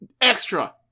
extra